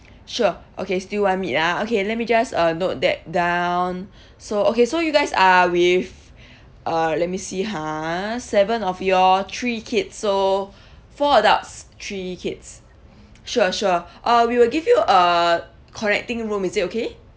sure okay still want meat ah okay let me just uh note that down so okay so you guys are with uh let me see ha seven of your three kids so four adults three kids sure sure uh we will give you a connecting room is it okay